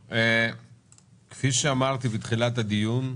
כפי שאמרתי בתחילת הדיון,